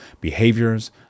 behaviors